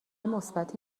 مثبتی